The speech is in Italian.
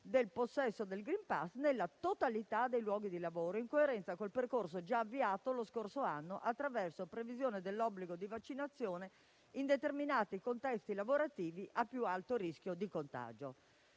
del possesso del *green pass* nella totalità dei luoghi di lavoro, in coerenza con il percorso già avviato lo scorso anno attraverso la previsione dell'obbligo di vaccinazione in determinati contesti lavorativi a più alto rischio di contagio.